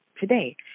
today